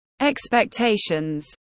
expectations